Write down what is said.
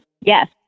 Yes